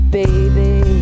baby